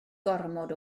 gormod